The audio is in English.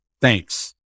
Thanks